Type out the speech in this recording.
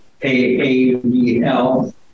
AABL